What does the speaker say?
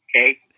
Okay